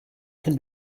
can